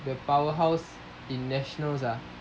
the powerhouse in nationals are